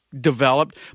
Developed